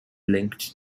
linked